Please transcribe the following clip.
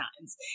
times